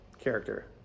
character